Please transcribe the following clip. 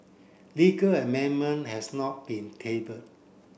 legal amendment has not been tabled